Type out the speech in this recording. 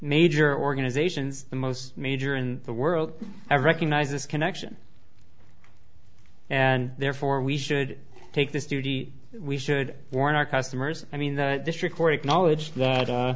major organizations the most major in the world i recognize this connection and therefore we should take this duty we should warn our customers i mean this record acknowledged